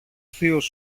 θείος